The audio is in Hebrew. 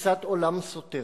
תפיסת עולם סותרת.